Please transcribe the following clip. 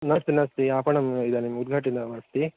नास्ति नास्ति आपणम् इदानीम् उद्घाटनं न नास्ति